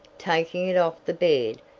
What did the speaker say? taking it off the bed,